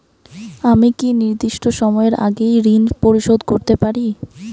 আমি কি নির্দিষ্ট সময়ের আগেই ঋন পরিশোধ করতে পারি?